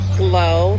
glow